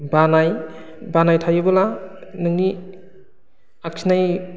बानाय बानाय थायोब्ला नोंनि आखिनाय